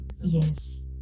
Yes